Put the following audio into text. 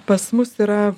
pas mus yra